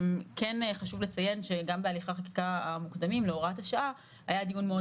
כן חשוב לציין שגם בהליכי החקיקה המוקדמים להוראת השעה היה דיון מאוד